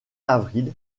avril